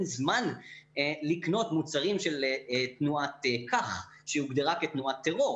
מוזמן לקנות מוצרים של תנועת כך שהיא הוגדרה כתנועת טרור,